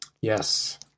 Yes